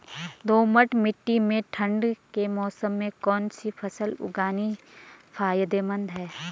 दोमट्ट मिट्टी में ठंड के मौसम में कौन सी फसल उगानी फायदेमंद है?